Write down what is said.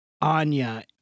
Anya